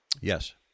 Yes